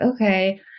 okay